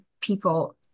people